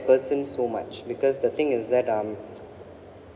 person so much because the thing is that um